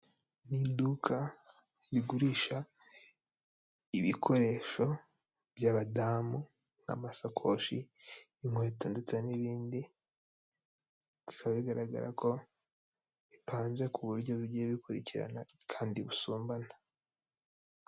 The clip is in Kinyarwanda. Ni iduka rigurisha ibikoresho by'abadamu n'amasakoshi inkweto ndetse n'ibindi. Bikaba bigaragara ko bipanze ku buryo bigiye bikurikirana kandi busumbana.